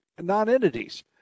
non-entities